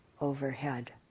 overhead